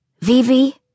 Vivi